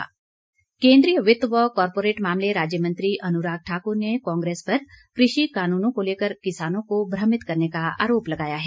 अनुराग ठाकुर केन्द्रीय वित्त व कॉरपोरेट मामले राज्य मंत्री अनुराग ठाक्र ने कांग्रेस पर कृषि कानूनों को लेकर किसानों को भ्रमित करने का आरोप लगाया है